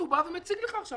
הוא מציג לך את זה עכשיו.